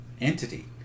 entity